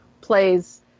plays